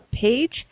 page